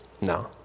No